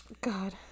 God